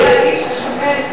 זה האיש השמן,